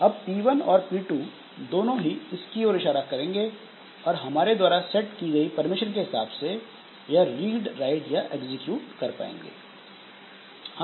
अब P1 और P2 दोनों ही इस की ओर इशारा करेंगे और हमारे द्वारा सेट की गयी परमिशन के हिसाब से यह रीड राइट या एग्जीक्यूट कर पाएंगे